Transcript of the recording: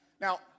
Now